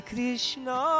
Krishna